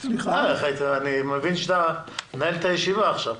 אני מבין שאתה מנהל את הישיבה עכשיו.